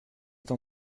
être